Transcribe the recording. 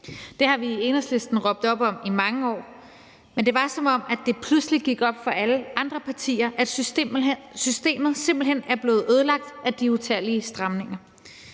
Det har vi i Enhedslisten råbt op om i mange år, men det er bare, som om det pludselig gik op for alle andre partier, at systemet simpelt hen er blevet ødelagt af de utallige stramninger.